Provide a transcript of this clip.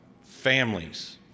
families